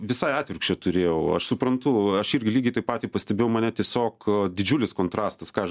visai atvirkščią turėjau aš suprantu aš irgi lygiai tą patį pastebėjau mane tiesiog didžiulis kontrastas ką aš